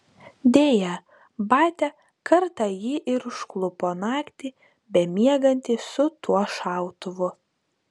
deja batia kartą jį ir užklupo naktį bemiegantį su tuo šautuvu